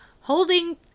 holding